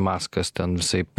maskas ten visaip